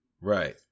Right